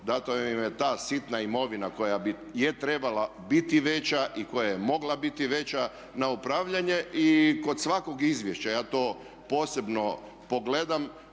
dana im je ta sitna imovina koja je trebala biti veća i koja je mogla biti veća na upravljanje. I kod svakog izvješća ja to posebno pogledam